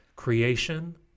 Creation